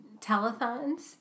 telethons